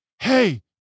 Hey